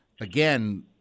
again